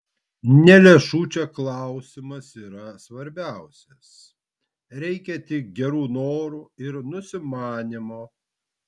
ne lėšų čia klausimas yra svarbiausias reikia tik gerų norų ir nusimanymo